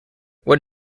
what